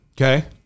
Okay